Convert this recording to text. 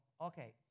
okay